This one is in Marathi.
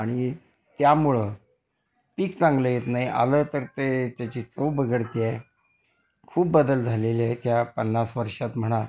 आणि त्यामुळं पीक चांगलं येत नाही आलं तर ते त्याची चव बिघडते आहे खूप बदल झालेले आहेत या पन्नास वर्षात म्हणा